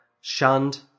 shunned